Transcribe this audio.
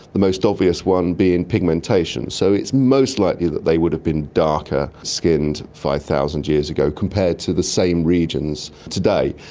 the most obvious one being pigmentation. so it's most likely that they would have been darker-skinned five thousand years ago compared to the same regions today.